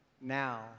now